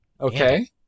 Okay